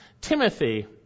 timothy